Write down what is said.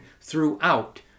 throughout